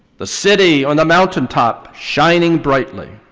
the city on the mountaintop shining brightly.